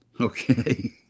Okay